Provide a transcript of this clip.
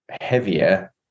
heavier